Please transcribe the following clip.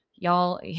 Y'all